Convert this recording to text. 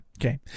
Okay